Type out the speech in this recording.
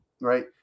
Right